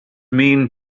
mean